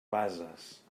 bases